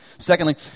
Secondly